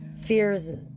fears